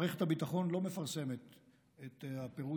מערכת הביטחון לא מפרסמת את הפירוט